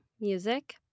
music